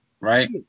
right